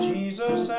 Jesus